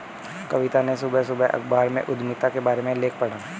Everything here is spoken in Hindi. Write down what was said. कविता ने सुबह सुबह अखबार में उधमिता के बारे में लेख पढ़ा